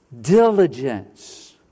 diligence